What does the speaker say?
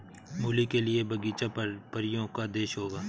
मूली के लिए बगीचा परियों का देश होगा